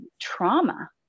trauma